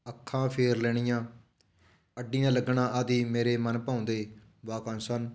ਅੱਖਾਂ ਫੇਰ ਲੈਣੀਆ ਅੱਡੀਆਂ ਲੱਗਣਾ ਆਦਿ ਮੇਰੇ ਮਨਭਾਉਂਦੇ ਵਾਕੰਸ਼ ਹਨ